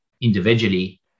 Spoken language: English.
individually